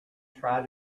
try